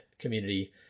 community